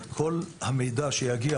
את כל המידע שיגיע